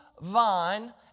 vine